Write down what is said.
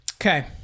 Okay